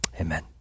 Amen